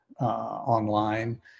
online